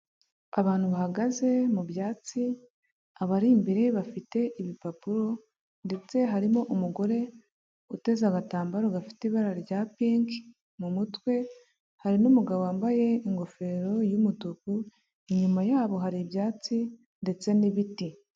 Abantu bahagaze mu byatsi abari imbere bafite ibipapuro, ndetse harimo umugore uteze agatambaro gafite ibara rya pinki mu mutwe, hari n'umugabo wambaye ingofero y'umutuku. Inyuma yabo hari ibyatsi ndetse n'ibiti.